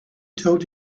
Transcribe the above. told